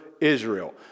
Israel